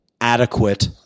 adequate